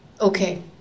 Okay